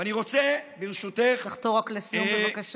ואני רוצה, ברשותך, תחתור לסיום, בבקשה.